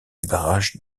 barrage